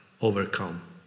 overcome